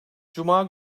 cuma